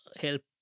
help